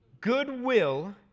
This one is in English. goodwill